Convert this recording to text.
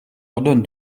ordonne